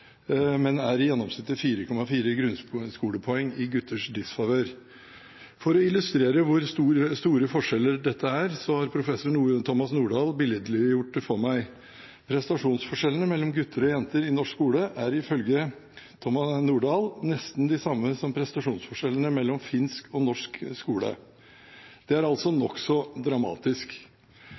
men er i gjennomsnitt 4,4 grunnskolepoeng i gutters disfavør. For å illustrere hvor store forskjeller dette er, har professor Thomas Nordahl billedliggjort det for meg. Prestasjonsforskjellene mellom gutter og jenter i norsk skole er ifølge Thomas Nordahl nesten de samme som prestasjonsforskjellene mellom finsk og norsk skole. Det er altså nokså dramatisk.